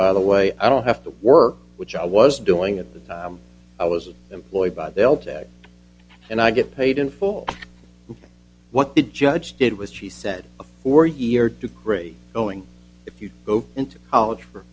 by the way i don't have to work which i was doing at that i was employed by they'll tax and i get paid in full what the judge did was she said a four year degree going if you go into college for